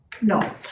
No